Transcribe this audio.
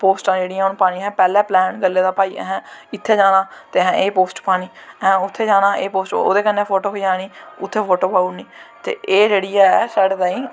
पोस्टां जेह्ड़ियां असैं पानियां असें पैह्लैं प्लैन करी लेदा भाई इत्थै जाना ते एह् पोस्ट पानी असें उत्थें जाना एह् ओह्दे कन्नै फोटो खचानी उत्थें फोटो पाई ओड़नी ते एह् जेह्ड़ी ऐ साढ़े तांई